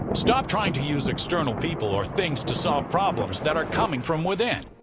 stop trying to use external people or things to solve problems that are coming from within.